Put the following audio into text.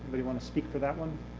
want to speak for that one?